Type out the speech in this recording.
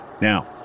Now